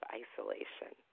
isolation